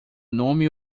nome